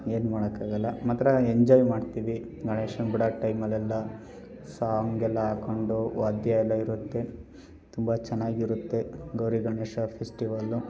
ಏನು ಮಾಡೋಕ್ಕಾಗೋಲ್ಲ ಮಾತ್ರ ಎಂಜಾಯ್ ಮಾಡ್ತೀವಿ ಗಣೇಶನ್ನ ಬಿಡೋ ಟೈಮಲೆಲ್ಲ ಸಾಂಗ್ ಎಲ್ಲ ಹಾಕ್ಕೊಂಡು ವಾದ್ಯ ಎಲ್ಲ ಇರುತ್ತೆ ತುಂಬ ಚೆನ್ನಾಗಿರುತ್ತೆ ಗೌರಿ ಗಣೇಶ ಫೆಸ್ಟಿವಲ್ಲು